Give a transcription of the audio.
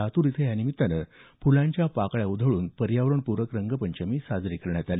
लातूर इथं या निमितानं फुलांच्या पाकळ्या उधळून पर्यावरणपूरक रंगपंचमी साजरी करण्यात आली